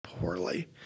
poorly